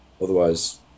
otherwise